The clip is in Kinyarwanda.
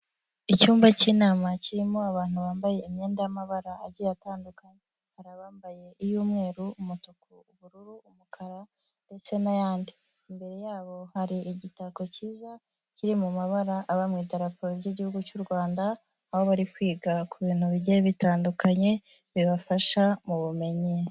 Icyumba cy'inama kirimo abantu bambaye imyenda y'amabara agiye atandukanye. Hari abambaye iy'umweru, umutuku, ubururu, umukara ndetse n'ayandi. Imbere yabo hari igitako cyiza, kiri mu mabara aba mu idaraporo y'igihugu cy'u Rwanda, aho bari kwiga ku bintu bigiye bitandukanye, bibafasha mu bumenyi.